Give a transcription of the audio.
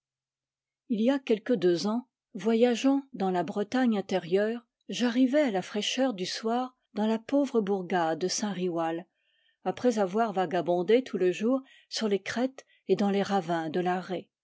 il y a quelque deux ans voyageant dans la bretagne intérieure j'arrivai à la fraîcheur du soir dans la pauvre bourgade de saint riwai après avoir vagabondé tout le jour sur les crêtes et dans les ravins de l'arrée